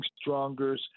stronger